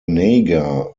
nagar